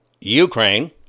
Ukraine